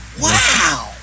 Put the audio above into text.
Wow